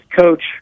coach